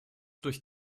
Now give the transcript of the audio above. durch